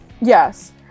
yes